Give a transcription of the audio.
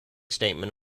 statement